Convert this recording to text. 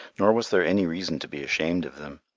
nor was there any reason to be ashamed of them.